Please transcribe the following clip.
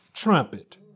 trumpet